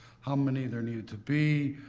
how many there needed to be.